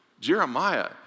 Jeremiah